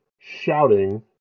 shouting